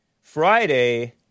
Friday